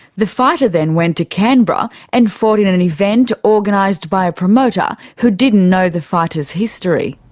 the fighter then went to canberra and fought in in an event organised by a promoter who didn't know the fighter's history.